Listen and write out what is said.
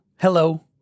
hello